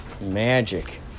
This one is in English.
magic